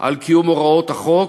על קיום הוראות החוק,